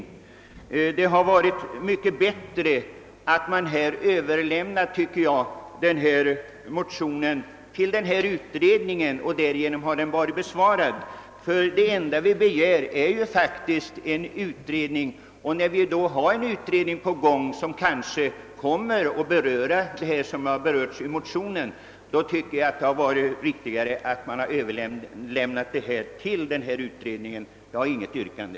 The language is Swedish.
Men det hade varit mycket bättre, tycker jag, att utskottet överlämnat motionerna till utredningen; därigenom hade de varit besvarade. Ty det enda vi begärt är ju faktiskt en utredning, och när det då pågår en utredning som kanske kommer att beröra de frågor som vi tagit upp i motionerna tycker jag att det varit riktigast att överlämna motionerna till utredningen. Jag har inget yrkande.